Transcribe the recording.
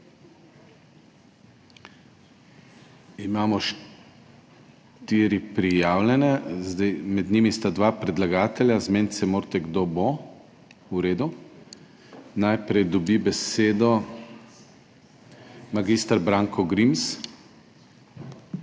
Imamo štiri prijavljene. Med njimi sta dva predlagatelja, zmeniti se morate, kdo bo. V redu. Najprej dobi besedo magister Branko Grims.